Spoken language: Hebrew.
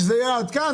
כשזה על 'עד כאן',